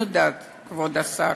אני יודעת, כבוד השר,